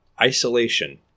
Isolation